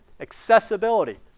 accessibility